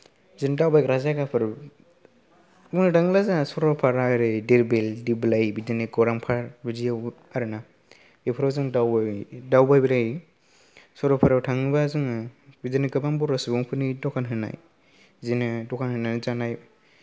बिदिनो दावबायग्रा जायगाफोर बुंनो थाङोब्ला जोंहा सरलपारा ओरै धीरबिल दिपलाइ बिदिनो गौरां पार्क बिदियावबो आरो ना बेफोराव जों दावबाय दावबायबाय थायो सरपारायाव थाङोबा जों बिदिनो गोबां बर' सुबुंफोरनि दकान होनाय बिदिनो दकान होनानै जानाय